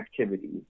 activity